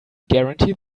guarantee